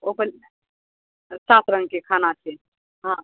ओ सात रङ्गके खाना छै हँ